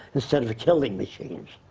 instead of killing machines.